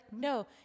no